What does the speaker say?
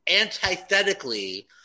antithetically